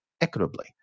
equitably